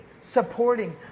supporting